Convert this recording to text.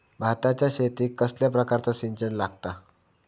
भाताच्या शेतीक कसल्या प्रकारचा सिंचन लागता?